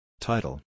Title